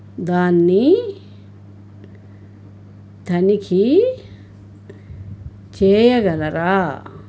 దాన్ని తనిఖీ చేయగలరా